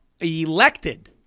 elected